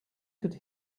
could